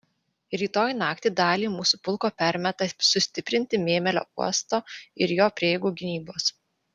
rytoj naktį dalį mūsų pulko permeta sustiprinti mėmelio uosto ir jo prieigų gynybos